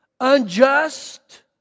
unjust